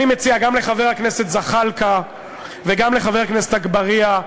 אני מציע גם לחבר הכנסת זחאלקה וגם לחבר הכנסת אגבאריה,